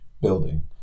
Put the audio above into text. building